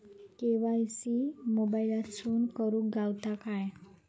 KYC मोबाईलातसून करुक गावता काय?